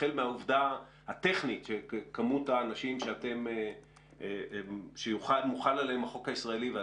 החל מהעובדה הטכנית שמספר האנשים שמוחל עליהם החוק הישראלי יגדל,